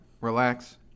relax